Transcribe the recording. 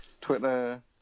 Twitter